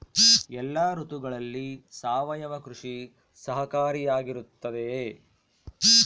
ಎಲ್ಲ ಋತುಗಳಲ್ಲಿ ಸಾವಯವ ಕೃಷಿ ಸಹಕಾರಿಯಾಗಿರುತ್ತದೆಯೇ?